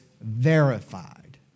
verified